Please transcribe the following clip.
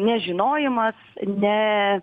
nežinojimas ne